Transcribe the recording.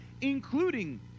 including